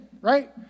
right